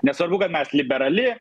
nesvarbu kad mes liberali